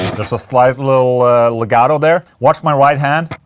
there's a slight little legato there, watch my right hand